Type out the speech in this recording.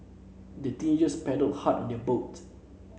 the teenagers paddled hard on their boat